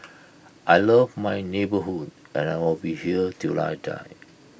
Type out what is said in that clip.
I love my neighbourhood and I will be here till I die